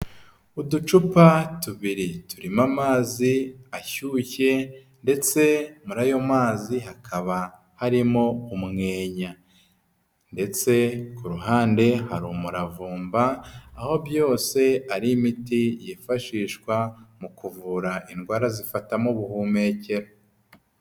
Uducupa tubiri turimo amazi ashyushye ndetse muri ayo mazi hakaba harimo umwenya ndetse ku ruhande hari umuravumba, aho byose ari imiti yifashishwa mu kuvura indwara zifata mu buhumekero.